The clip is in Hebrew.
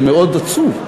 זה מאוד עצוב.